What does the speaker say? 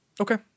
Okay